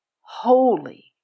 Holy